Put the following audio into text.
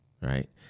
right